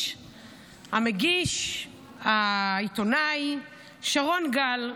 המגיש והעיתונאי שרון גל.